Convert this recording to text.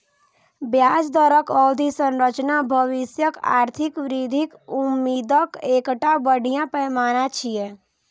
ब्याज दरक अवधि संरचना भविष्यक आर्थिक वृद्धिक उम्मीदक एकटा बढ़िया पैमाना छियै